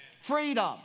Freedom